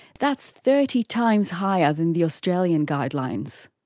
that's thirty times higher than the australian guidelines.